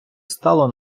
стало